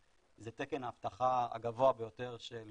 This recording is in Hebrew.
זה תקן האבטחה הגבוה ביותר של